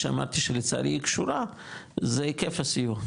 שאמרתי שלצערי היא קשורה זה היקף הסיוע,